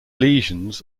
lesions